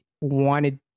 wanted